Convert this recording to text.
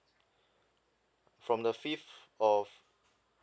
from the fifth of